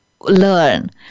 learn